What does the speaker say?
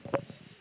s~